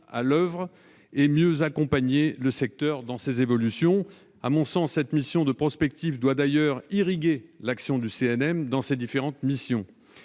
à l'oeuvre et mieux accompagner le secteur dans ses évolutions. Pour moi, cette mission de prospective doit irriguer l'action du CNM dans ses différentes directions,